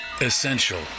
essential